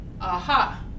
Aha